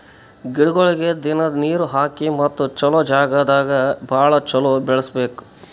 ಗಿಡಗೊಳಿಗ್ ದಿನ್ನಾ ನೀರ್ ಹಾಕಿ ಮತ್ತ ಚಲೋ ಜಾಗ್ ದಾಗ್ ಭಾಳ ಚಲೋ ಬೆಳಸಬೇಕು